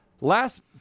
Last